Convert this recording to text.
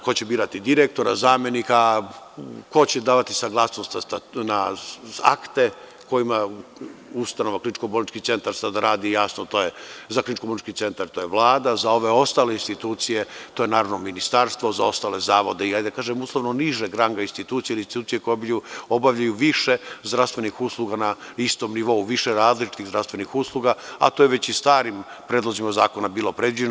Ko će birati direktora, zamenika, ko će davati saglasnost na akte kojima ustanova kliničko-bolnički centar sada radi jasno, a to je za kliničko-bolnički centar Vlada, za ove ostale institucije to je, naravno, ministarstvo, za ostale zavode i hajde da kažem uslovno nižeg ranga institucije ili institucije koje obavljaju više zdravstvenih usluga na istom nivou, više različitih zdravstvenih ustanova, ali to je već i starim predlozima zakona bilo predviđeno.